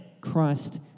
Christ